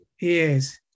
Yes